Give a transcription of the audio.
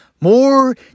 More